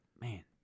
man